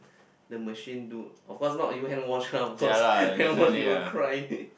the machine do of course not you handwash ah cause handwash you will cry